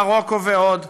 ממרוקו ועוד,